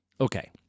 Okay